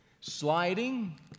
sliding